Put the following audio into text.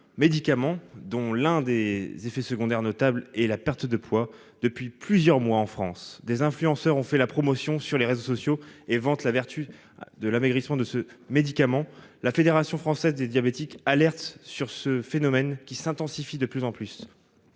médicament dont l'un des effets secondaires notables et la perte de poids depuis plusieurs mois en France des influenceurs. On fait la promotion sur les réseaux sociaux et vante la vertu de l'amaigrissement de ce médicament. La Fédération française des diabétiques alerte sur ce phénomène qui s'intensifie. De plus en plus.